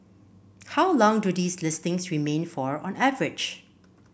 how long do these listings remain for on average